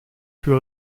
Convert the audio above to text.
plus